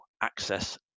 access